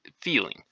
feeling